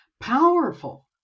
powerful